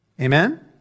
Amen